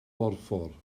borffor